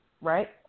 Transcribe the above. right